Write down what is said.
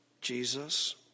Jesus